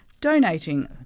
donating